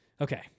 okay